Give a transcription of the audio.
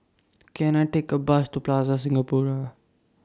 Can I Take A Bus to Plaza Singapura